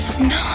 No